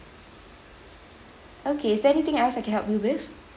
okay is there anything else I can help you with